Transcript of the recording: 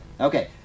Okay